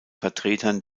vertretern